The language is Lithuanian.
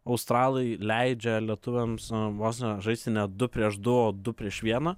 australai leidžia lietuviams na vos ne žaisti ne du prieš du o du prieš vieną